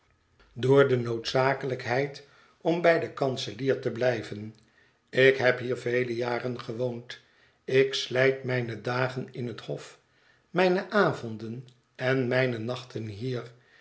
door de noodzakelijkheid om bij den kanselier te blijven ik heb hier vele jaren gewoond ik slijt mijne dagen in het hof mijne avonden en mijne nachten hier